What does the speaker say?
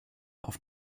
auf